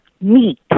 meat